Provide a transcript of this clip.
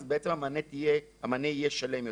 אז בעצם המענה יהיה שלם יותר.